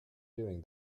doing